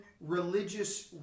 religious